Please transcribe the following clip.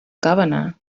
governor